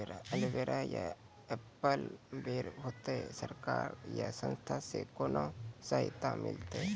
Aloe vera या apple बैर होते? सरकार या संस्था से कोनो सहायता मिलते?